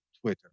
Twitter